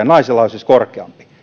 naisilla oli siis korkeampi